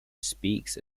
speaks